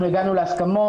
אנחנו הגענו להסכמות,